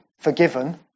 forgiven